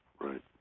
right